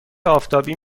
آفتابی